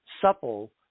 supple